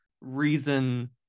reason